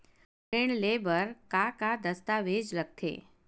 ऋण ले बर का का दस्तावेज लगथे?